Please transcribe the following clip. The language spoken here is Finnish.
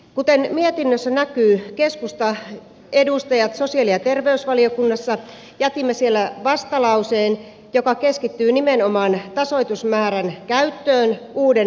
kuten mietinnössä näkyy me keskustan edustajat sosiaali ja terveysvaliokunnassa jätimme vastalauseen joka keskittyy nimenomaan tasoitusmäärän käyttöön uuden vakavaraisuuspuskurin osana